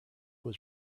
was